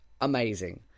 amazing